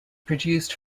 produced